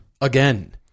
Again